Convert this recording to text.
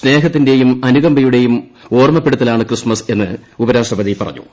സ്നേഹത്തിന്റെയും അനുകമ്പയുടെയും ഓർമ്മപ്പെടുത്തലാണ് ക്രിസ്തുമസ് എന്ന് ഉപരാഷ്ട്രപതി പറഞ്ഞു